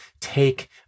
take